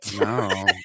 No